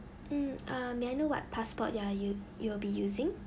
mm uh may I know what passport you are u~ you will be using